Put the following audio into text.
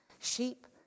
Sheep